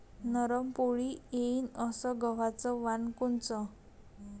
नरम पोळी येईन अस गवाचं वान कोनचं?